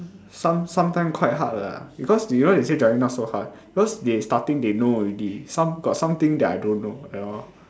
some sometime quite hard lah because you know you say driving not so hard cause they starting they know already some got some thing I don't know at all